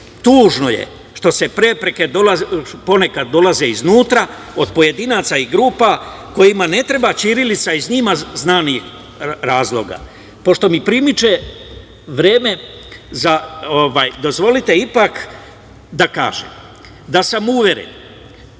Tužno je što prepreke ponekada dolaze iznutra od pojedinaca i grupa kojima ne treba ćirilica iz njima znanih razloga. Pošto mi primiče vreme, dozvolite ipak da kažem da sam uveren